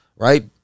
right